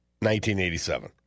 1987